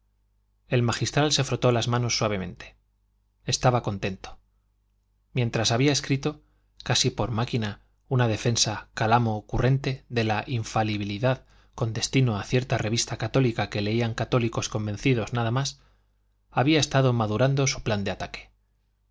el magistral se frotó las manos suavemente estaba contento mientras había escrito casi por máquina una defensa calamo currente de la infalibilidad con destino a cierta revista católica que leían católicos convencidos nada más había estado madurando su plan de ataque